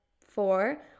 four